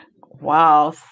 Wow